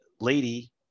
Lady